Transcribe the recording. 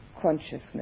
consciousness